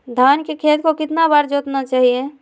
धान के खेत को कितना बार जोतना चाहिए?